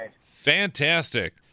Fantastic